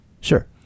sure